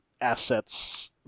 assets